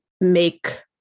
make